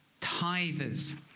tithers